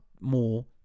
more